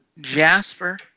Jasper